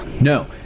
No